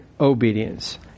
obedience